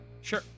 Sure